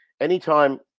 anytime